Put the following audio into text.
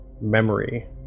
memory